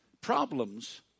Problems